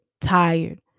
tired